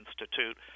Institute